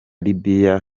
libya